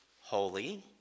holy